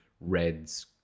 reds